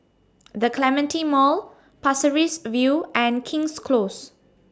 The Clementi Mall Pasir Ris View and King's Close